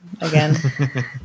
again